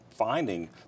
finding